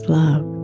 love